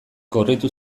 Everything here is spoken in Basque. gorritu